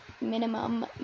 minimum